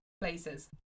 places